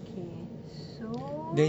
okay so